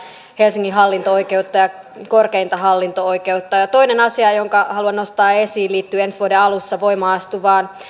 helsingin hallinto oikeutta ja korkeinta hallinto oikeutta toinen asia jonka haluan nostaa esiin liittyy ensi vuoden alussa voimaan astuvaan